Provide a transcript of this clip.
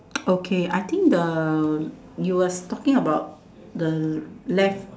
okay I think the you was talking about the left